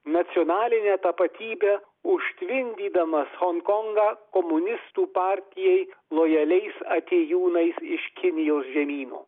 nacionalinę tapatybę užtvindydamas honkongą komunistų partijai lojaliais atėjūnais iš kinijos žemyno